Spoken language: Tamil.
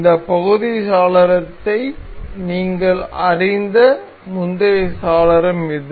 இந்த பகுதி சாளரத்தை நீங்கள் அறிந்த முந்தைய சாளரம் இது